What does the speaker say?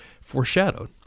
foreshadowed